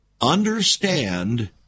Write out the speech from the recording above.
understand